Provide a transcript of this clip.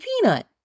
Peanut